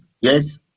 Yes